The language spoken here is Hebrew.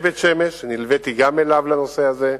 נלוויתי אליו לנושא הזה.